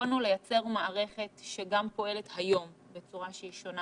יכולנו לייצר מערכת שגם פועלת היום בצורה שהיא שונה